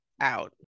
out